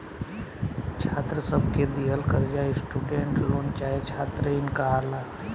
छात्र सब के दिहल कर्जा स्टूडेंट लोन चाहे छात्र इन कहाला